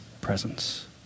presence